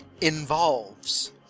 involves